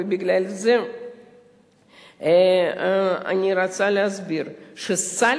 ובגלל זה אני רוצה להסביר שסל